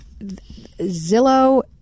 Zillow